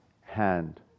hand